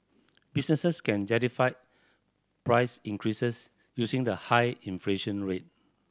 businesses can justify price increases using the high inflation rate